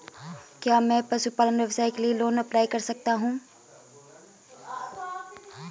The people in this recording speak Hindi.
क्या मैं पशुपालन व्यवसाय के लिए लोंन अप्लाई कर सकता हूं?